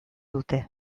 dute